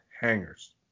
hangers